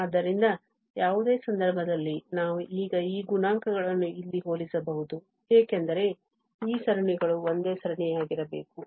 ಆದ್ದರಿಂದ ಯಾವುದೇ ಸಂದರ್ಭದಲ್ಲಿ ನಾವು ಈಗ ಈ ಗುಣಾಂಕಗಳನ್ನು ಇಲ್ಲಿ ಹೋಲಿಸಬಹುದು ಏಕೆಂದರೆ ಈ ಸರಣಿಗಳು ಒಂದೇ ಸರಣಿಯಾಗಿರಬೇಕು